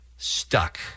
Stuck